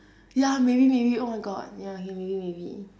ya maybe maybe oh my god ya okay maybe maybe